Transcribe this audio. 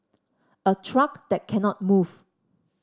a truck that cannot move